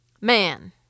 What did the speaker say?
Man